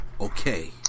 okay